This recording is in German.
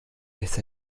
ist